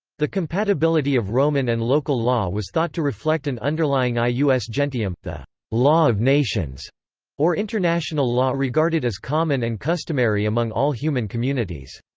the compatibility of roman and local law was thought to reflect an underlying ah ius gentium, the law of nations or international law regarded as common and customary among all human communities.